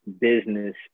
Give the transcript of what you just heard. business